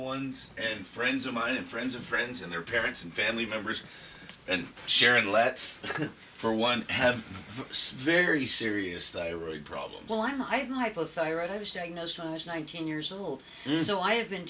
ones and friends of mine and friends of friends and their parents and family members and sharing let's for one have very serious they were a problem well i'm i'm hypo thyroid i was diagnosed when i was nineteen years old so i have been